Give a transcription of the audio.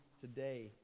today